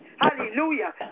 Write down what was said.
Hallelujah